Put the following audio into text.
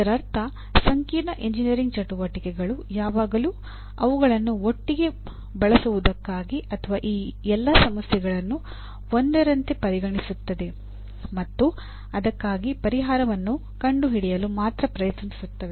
ಇದರರ್ಥ ಸಂಕೀರ್ಣ ಎಂಜಿನಿಯರಿಂಗ್ ಚಟುವಟಿಕೆಗಳು ಯಾವಾಗಲೂ ಅವುಗಳನ್ನು ಒಟ್ಟಿಗೆ ಬಳಸುವುದಕ್ಕಾಗಿ ಅಥವಾ ಈ ಎಲ್ಲ ಸಮಸ್ಯೆಗಳನ್ನು ಒಂದರಂತೆ ಪರಿಗಣಿಸುತ್ತದೆ ಮತ್ತು ಅದಕ್ಕಾಗಿ ಪರಿಹಾರವನ್ನು ಕಂಡುಹಿಡಿಯಲು ಮಾತ್ರ ಪ್ರಯತ್ನಿಸುತ್ತವೆ